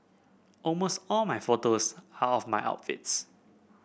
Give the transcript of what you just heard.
almost all my photos are of my outfits